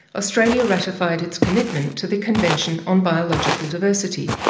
australia ratified its commitment to the convention on biological diversity.